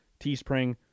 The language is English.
Teespring